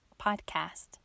podcast